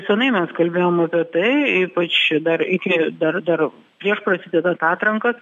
senai mes kalbėjom apie tai ypač dar iki dar dar prieš prasidedant atrankas